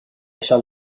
shall